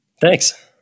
Thanks